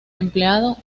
empleado